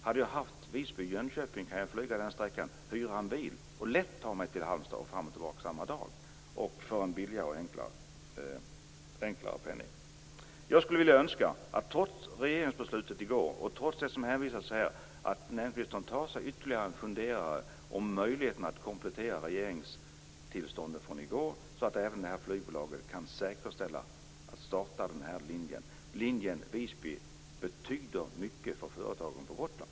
Hade jag kunnat flyga Visby Jönköping och där hyra en bil så hade jag lätt kunnat ta mig till Halmstad fram och tillbaka samma dag billigare och enklare. Jag skulle önska att näringsministern, trots regeringsbeslutet i går och trots det som hänvisas här, tar sig ytterligare en funderare om möjligheten att komplettera regeringens beslut om tillstånd från i går med att det här flygbolaget säkerställs att starta denna linje. Linjen betyder mycket för företagen på Gotland.